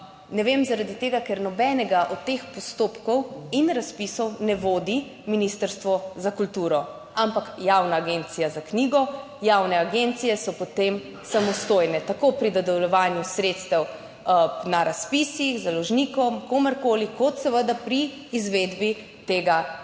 Ne vem, zaradi tega, ker nobenega od teh postopkov in razpisov ne vodi Ministrstvo za kulturo, ampak Javna agencija za knjigo. Javne agencije so potem samostojne tako pri dodeljevanju sredstev na razpisih, založnikom, komurkoli, kot seveda pri izvedbi tega projekta.